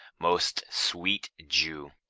most sweet jew!